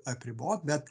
apribot bet